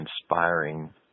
inspiring